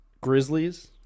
Grizzlies